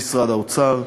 משרד האוצר,